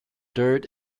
dirt